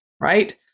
Right